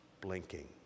blinking